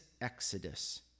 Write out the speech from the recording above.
exodus